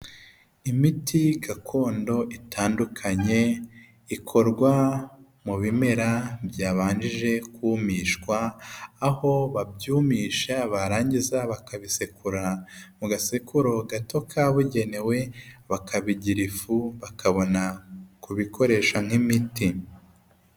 Imiti gakondo itandukanye ikorwa mu bimera byabanjije kumishwa, aho babyumisha barangiza bakabisekura mu gasekururo gato kabugenewe, bakabigira ifu bakabona ku bikoresha nk'imiti.